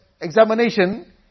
examination